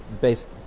based